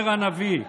אומר הנביא,